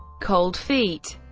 cold feet